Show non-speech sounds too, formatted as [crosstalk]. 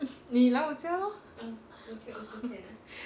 你来我家 lor [laughs]